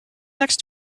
next